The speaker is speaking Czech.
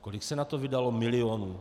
Kolik se na to vydalo milionů?